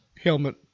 helmet